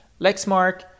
Lexmark